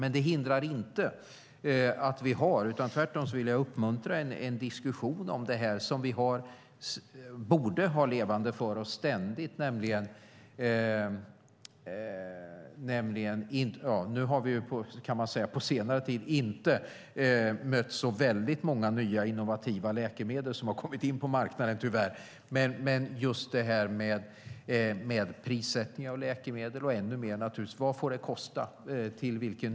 Men det hindrar inte att vi har en diskussion om detta som vi ständigt borde hålla levande - det uppmuntrar jag - alltså om prissättning av läkemedel och naturligtvis ännu mer om vad det får kosta och till vilken nytta det är. Men på senare tid har vi tyvärr inte mött så många nya innovativa läkemedel som har kommit in på marknaden.